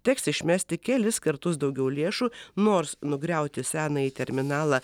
teks išmesti kelis kartus daugiau lėšų nors nugriauti senąjį terminalą